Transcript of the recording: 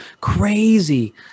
crazy